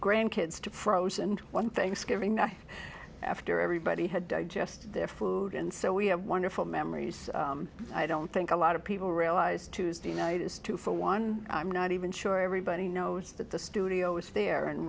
grandkids to prose and one thanksgiving night after everybody had digest their food and so we have wonderful memories i don't think a lot of people realize tuesday night is two for one i'm not even sure everybody knows that the studio is there and